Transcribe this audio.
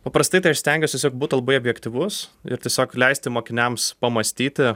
paprastai tai aš stengiuos tiesiog būt labai objektyvus ir tiesiog leisti mokiniams pamąstyti